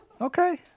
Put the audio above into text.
Okay